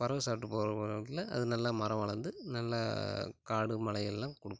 பறவை சாப்பிட்டு போடுற போகிற இடத்துல அது நல்லா மரம் வளர்ந்து நல்லா காடு மலையெல்லாம் கொடுக்கும்